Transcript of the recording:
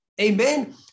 Amen